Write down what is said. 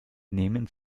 nehmen